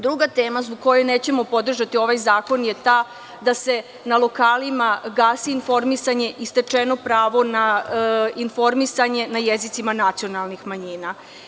Druga tema zbog koje nećemo podržati ovaj zakon je ta da se na lokalima gasi informisanje i stečeno pravo na informisanje na jezicima nacionalnih manjina.